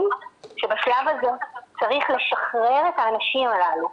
שבשלב הזה צריך לשחרר את האנשים הללו.